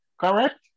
correct